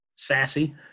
sassy